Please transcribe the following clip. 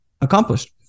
accomplished